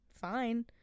fine